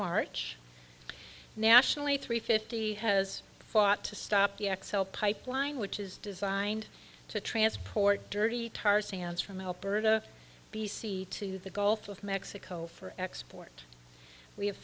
march nationally three fifty has fought to stop the x l pipeline which is designed to transport dirty tar sands from alberta b c to the gulf of mexico for export we have